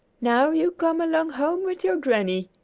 now, you come along home with your granny,